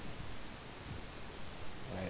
right